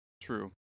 true